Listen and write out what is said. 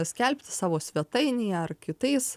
skelbti savo svetainėj ar kitais